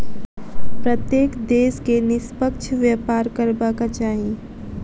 प्रत्येक देश के निष्पक्ष व्यापार करबाक चाही